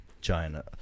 China